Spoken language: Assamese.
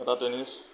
এটা টেনিছ